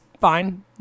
Fine